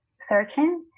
searching